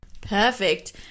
perfect